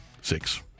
Six